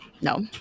no